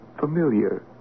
familiar